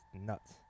nuts